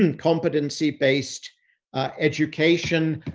and competency based education.